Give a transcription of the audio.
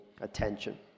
attention